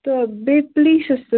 تہٕ بیٚیہِ پُلیٖسَس تہِ